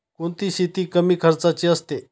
कोणती शेती कमी खर्चाची असते?